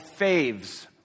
faves